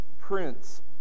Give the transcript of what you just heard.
prince